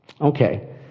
Okay